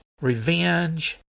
Revenge